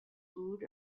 food